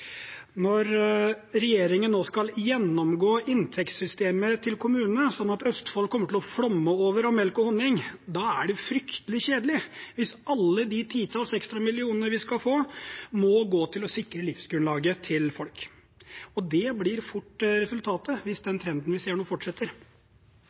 Når regjeringen nå skal gjennomgå inntektssystemene til kommunene, sånn at Østfold kommer til å flomme over av melk og honning, er det fryktelig kjedelig hvis alle de titalls ekstra millionene vi skal få, må gå til å sikre livsgrunnlaget til folk. Det blir fort resultatet hvis